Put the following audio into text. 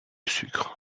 sucre